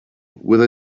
with